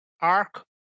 arc